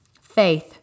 Faith